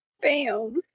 bam